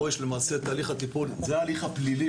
פה יש למעשה את תהליך הטיפול, זה ההליך הפלילי.